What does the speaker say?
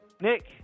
Nick